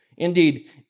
Indeed